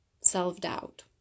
self-doubt